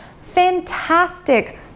fantastic